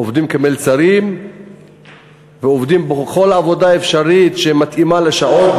עובדים כמלצרים ועובדים בכל בעבודה אפשרית שמתאימה לשעות,